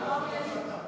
מרשה לי להצביע, ?